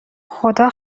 خدا